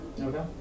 Okay